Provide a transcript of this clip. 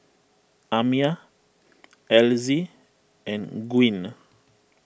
Amiah Elzy and Gwyn